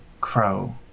crow